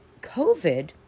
COVID